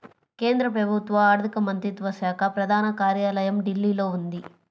కేంద్ర ప్రభుత్వ ఆర్ధిక మంత్రిత్వ శాఖ ప్రధాన కార్యాలయం ఢిల్లీలో ఉంది